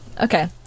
okay